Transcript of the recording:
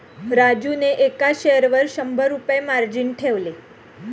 राजूने एका शेअरवर शंभर रुपये मार्जिन ठेवले